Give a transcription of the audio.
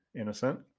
innocent